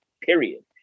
period